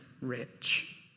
rich